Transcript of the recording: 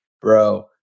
Bro